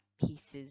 pieces